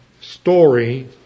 story